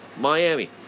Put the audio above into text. Miami